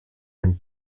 den